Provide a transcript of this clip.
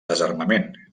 desarmament